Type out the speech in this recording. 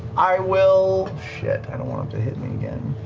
i will, shit, i don't want him to hit me again.